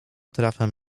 trafem